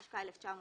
התשכ"א-1965,